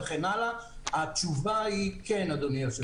נכנס לכיתות י' כבר שלוש שנים.